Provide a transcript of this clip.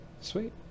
Sweet